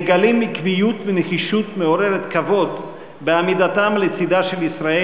מגלים עקביות ונחישות מעוררות כבוד בעמידתם לצדה של ישראל